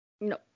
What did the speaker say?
No